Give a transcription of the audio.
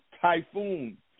typhoon